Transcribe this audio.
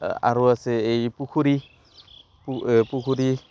আৰু আছে এই পুখুৰী পু পুখুৰী